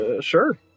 Sure